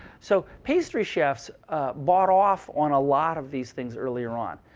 so pastry chefs bought off on a lot of these things earlier on.